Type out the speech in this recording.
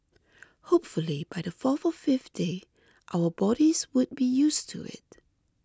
hopefully by the fourth or fifth day our bodies would be used to it